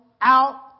out